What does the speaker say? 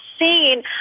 insane